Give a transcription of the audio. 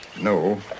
No